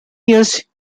years